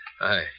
Hi